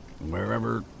Wherever